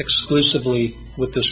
exclusively with this